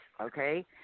okay